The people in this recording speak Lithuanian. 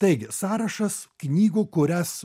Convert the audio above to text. taigi sąrašas knygų kurias